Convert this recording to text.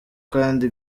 kandi